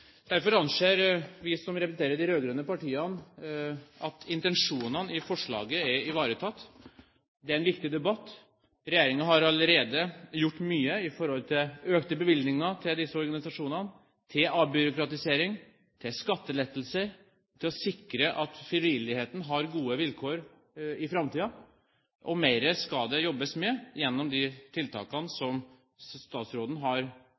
Derfor anser vi som representerer de rød-grønne partiene, at intensjonene i forslaget er ivaretatt. Det er en viktig debatt. Regjeringen har allerede gjort mye i forhold til økte bevilgninger til disse organisasjonene, til avbyråkratisering, til skattelettelser, og til å sikre at frivilligheten har gode vilkår i framtiden – og mer skal det jobbes med gjennom de tiltakene som statsråden har